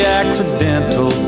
accidental